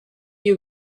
you